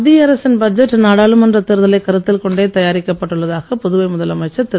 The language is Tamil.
மத்திய அரசின் பட்ஜெட் நாடாளுமன்ற தேர்தலைக் கருத்தில் கொண்டே தயாரிக்கப்பட்டுள்ளதாக புதுவை முதலமைச்சர் திரு